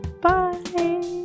bye